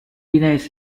denies